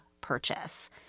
purchase